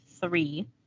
three